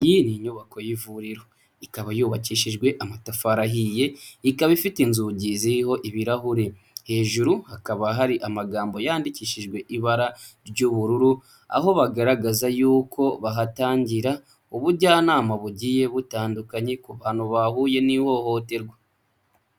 Iyi ni nyubako y'ivuriro ikaba yubakishijwe amatafari ahiye, ikaba ifite inzugi ziriho ibirahure, hejuru hakaba hari amagambo yandikishijwe ibara ry'ubururu, aho bagaragaza y'uko bahatangira ubujyanama bugiye butandukanye ku hantu bahuye n'ihohoterwa.